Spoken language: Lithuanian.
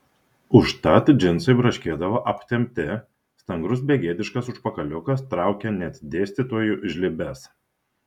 užtat džinsai braškėdavo aptempti stangrus begėdiškas užpakaliukas traukė net dėstytojų žlibes